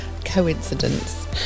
coincidence